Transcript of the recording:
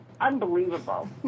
Unbelievable